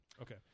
Okay